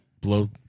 blow